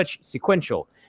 sequential